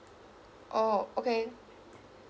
oh okay